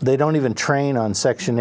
they don't even train on section